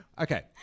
Okay